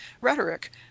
rhetoric